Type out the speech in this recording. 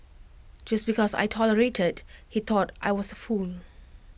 just because I tolerated he thought I was A fool